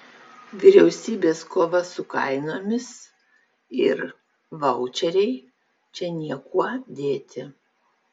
vyriausybės kova su kainomis ir vaučeriai čia niekuo dėti